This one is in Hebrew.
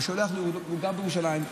הוא גר בירושלים,